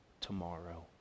tomorrow